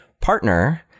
partner